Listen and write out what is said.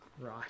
Right